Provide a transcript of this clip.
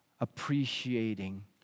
appreciating